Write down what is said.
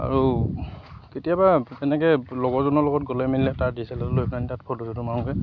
আৰু কেতিয়াবা তেনেকৈ লগৰজনৰ লগত গ'লে মেলিলে তাৰ ডি এছ এল আৰ লৈ পেলাহেনি তাত ফটো চটো মাৰোগৈ